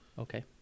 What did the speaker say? Okay